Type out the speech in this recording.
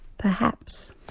perhaps.